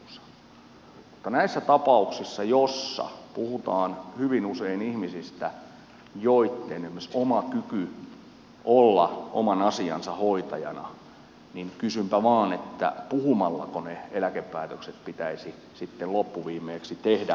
mutta kun näissä tapauksissa puhutaan hyvin usein ihmisistä joitten oma kyky olla oman asiansa hoitajana on heikentynyt niin kysynpä vain että puhumallako ne eläkepäätökset pitäisi sitten loppuviimeksi tehdä